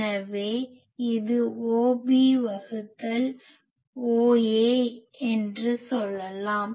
எனவே இது OB வகுத்தல் OA என்று சொல்லலாம்